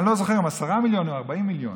אני לא זוכר אם 10 מיליון או 40 מיליון,